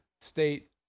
state